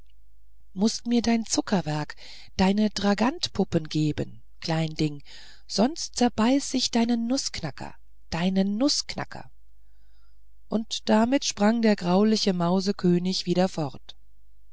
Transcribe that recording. mußt mir deine zucker deine dragantpuppen geben klein ding sonst zerbeiß ich deinen nußknacker deinen nußknacker und damit sprang der grauliche mausekönig wieder fort